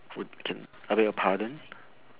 what can I beg your pardon